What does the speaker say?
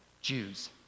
Jews